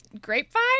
Grapevine